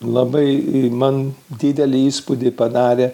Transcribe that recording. labai man didelį įspūdį padarė